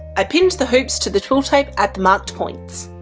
i pinned the hoops to the twill tape at the marked points.